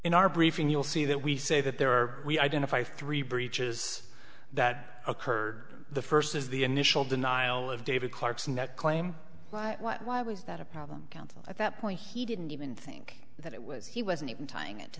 in our briefing you'll see that we say that there are we identified three breaches that occurred the first is the initial denial of david clarkson that claim why was that a problem counsel at that point he didn't even think that it was he wasn't even tying it to